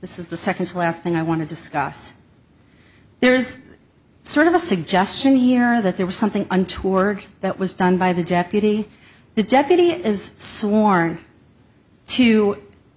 this is the second to last thing i want to discuss there's sort of a suggestion here that there was something untoward that was done by the deputy the deputy is sworn to